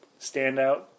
standout